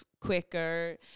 quicker